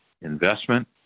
investment